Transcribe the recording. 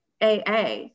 AA